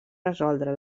resoldre